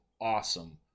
awesome